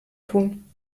tun